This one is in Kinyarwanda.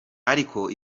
ariko